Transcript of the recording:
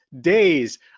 days